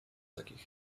takich